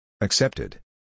Accepted